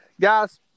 Guys